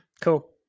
Cool